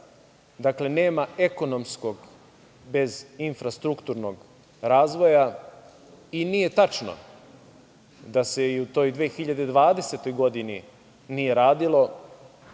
Dakle, nema ekonomskog bez infrastrukturnog razvoja. Nije tačno da se i u toj 2020. godini nije radilo.